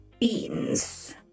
Beans